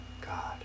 God